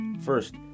First